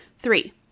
Three